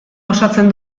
osatzen